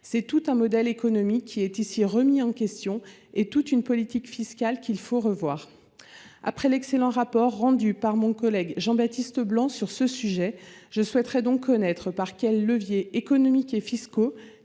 C'est tout un modèle économique qui est ici remis en question et toute une politique fiscale qu'il faut revoir. Après l'excellent rapport rendu par mon collègue Jean-Baptiste Blanc sur ce sujet, je souhaiterais donc savoir par quels leviers économiques et fiscaux